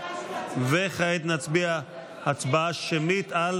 כעת נצביע בהצבעה שמית על